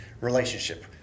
relationship